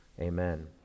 Amen